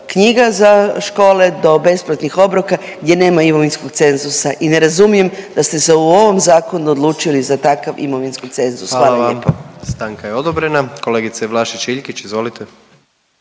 za škole do besplatnih obroka gdje nemaju imovinskog cenzusa i ne razumijem da ste se u ovom zakonu odlučili za takav imovinski cenzus. Hvala lijepo. **Jandroković, Gordan (HDZ)** Hvala vam. Stanka je odobrena. Kolegice Vlašić Iljkić izvolite.